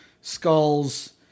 skulls